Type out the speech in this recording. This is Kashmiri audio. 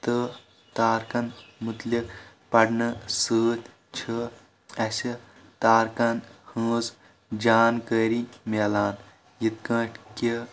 تہٕ تارکن متعلق پرنہٕ سۭتۍ چھِ اسہِ تارکن ہنز جانکٲری مِلان یتھ کٲٹھۍ کہ